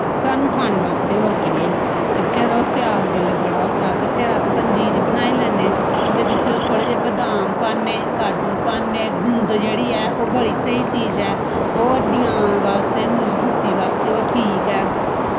स्हानू खाने बास्तै होर केह् ऐ ते फिर ओह् स्याल जिसलै बड़ा होंदा ते फिर अस पंजीरी बनाई लैन्ने ओह्दे बिच्च थोह्ड़े जे बदाम पान्ने काजू पान्ने गुंद जेह्ड़ी ऐ ओह् बड़ी स्हेई चीज़ ऐ ओह् हड्डियां बास्तै मजबूती बास्तै ओह् ठीक ऐ